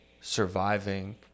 surviving